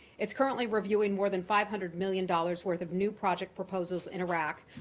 it's currently reviewing more than five hundred million dollars worth of new project proposals in iraq.